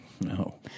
No